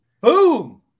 Boom